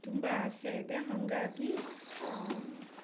ತುಂಬ ಆಸೆ ಇದೆ ಹಾಗಾಗಿ